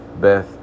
Beth